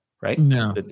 Right